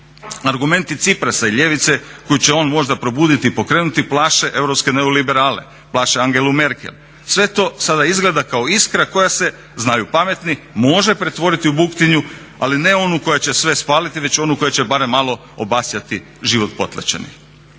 Argumenti Cyprasa i ljevice koju će on možda probuditi i pokrenuti plaše europske neoliberale, plaše Angelu Merkel. Sve to sada izgleda kao iskra koja se, znaju pametni, može pretvoriti u buktinju ali ne onu koja će sve spaliti već onu koja će barem malo obasjati život potlačenih.